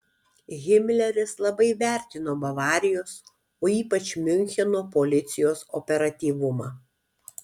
himleris labai vertino bavarijos o ypač miuncheno policijos operatyvumą